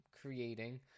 creating